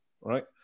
right